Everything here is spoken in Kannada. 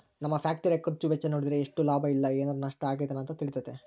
ನಮ್ಮ ಫ್ಯಾಕ್ಟರಿಯ ಖರ್ಚು ವೆಚ್ಚ ನೋಡಿದ್ರೆ ಎಷ್ಟು ಲಾಭ ಇಲ್ಲ ಏನಾರಾ ನಷ್ಟ ಆಗಿದೆನ ಅಂತ ತಿಳಿತತೆ